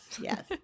Yes